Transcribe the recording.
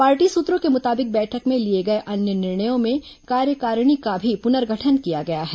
party सूत्रों के मुताबिक बैठक में लिए गए अन्य निर्णयों में कार्यकारिणी का भी पुनर्गठन किया गया है